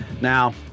Now